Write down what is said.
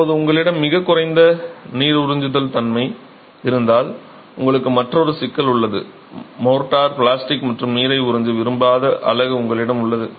இப்போது உங்களிடம் மிகக் குறைந்த நீர் உறிஞ்சுதல் தன்மை இருந்தால் உங்களுக்கு மற்றொரு சிக்கல் உள்ளது மோர்ட்டார் பிளாஸ்டிக் மற்றும் நீரை உறிஞ்ச விரும்பாத அலகு உங்களிடம் உள்ளது